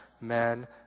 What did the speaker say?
men